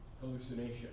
hallucination